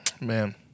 man